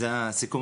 זה בדיוק מה שקורה,